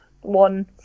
one